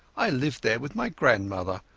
i live there with my grandmother.